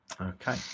Okay